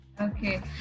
Okay